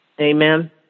Amen